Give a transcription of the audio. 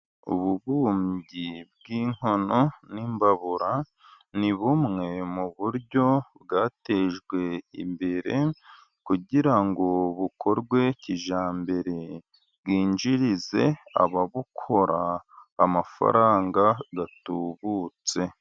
Ububumbyi bw'inkono n'imbabura ni bumwe mu buryo bwatejwe imbere kugira ngo bukorwe kijyambere, bwinjirize ababukora amafaranga atubutse.